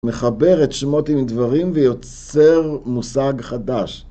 מחבר את שמות עם דברים ויוצר מושג חדש.